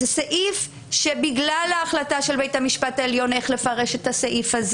זה סעיף שבגלל ההחלטה של בית המשפט העליון איך לפרש אותו,